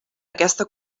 aquesta